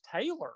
taylor